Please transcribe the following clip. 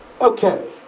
Okay